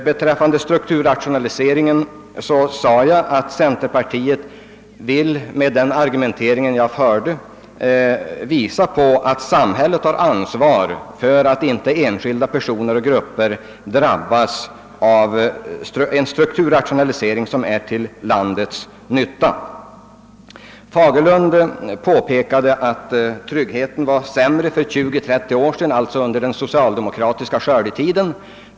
Beträffande strukturrationalisering sade jag att centerpartiet vill med den argumentering jag förde påvisa att samhället har ansvar för att inte enskilda personer och grupper drabbas av en strukturrationalisering som är till landets nytta. Herr Fagerlund påpekade att tryggheten var mindre för 20—30 år sedan, alltså under den socialdemokratiska skördetiden.